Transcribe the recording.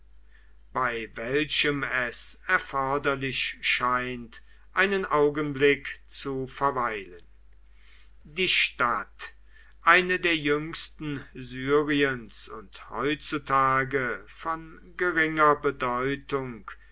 bei welchem es erforderlich scheint einen augenblick zu verweilen die stadt eine der jüngsten syriens und heutzutage von geringer bedeutung